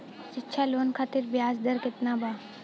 शिक्षा लोन खातिर ब्याज दर केतना बा?